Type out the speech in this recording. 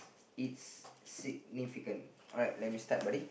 it's significant alright let me start buddy